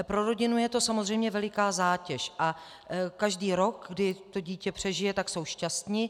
Pro rodinu je to samozřejmě veliká zátěž a každý rok, kdy to dítě přežije, jsou šťastni.